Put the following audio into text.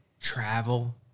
travel